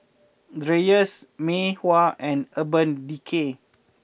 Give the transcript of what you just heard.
Dreyers Mei Hua and Urban Decay